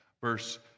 verse